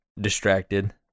distracted